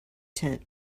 tent